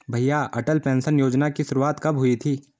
भैया अटल पेंशन योजना की शुरुआत कब हुई थी?